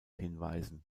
hinweisen